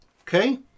Okay